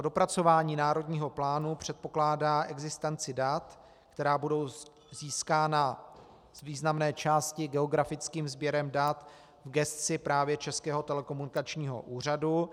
Dopracování národního plánu předpokládá existenci dat, která budou získána z významné části geografickým sběrem dat právě v gesci Českého telekomunikačního úřadu.